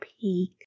peak